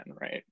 right